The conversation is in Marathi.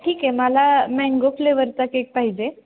ठीक आहे मला मँगो फ्लेवरचा केक पाहिजे